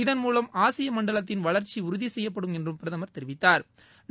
இதன்மூலம் ஆசிய மண்டலத்தின் வளா்ச்சி உறுதி செய்யப்படும் என்றும் பிரதமா் தெரிவித்தாா்